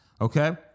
Okay